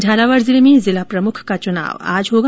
झालावाड़ जिले में जिला प्रमुख के चुनाव आज होगा